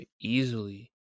easily